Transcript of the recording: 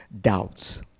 Doubts